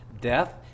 death